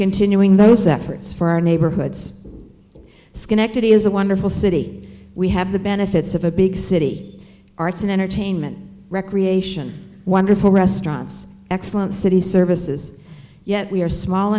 continuing those efforts for our neighborhoods schenectady is a wonderful city we have the benefits of a big city arts and entertainment recreation wonderful restaurants excellent city services yet we are small